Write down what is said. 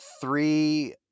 three